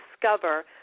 discover